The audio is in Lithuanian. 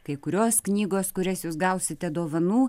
kai kurios knygos kurias jūs gausite dovanų